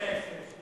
סטייק.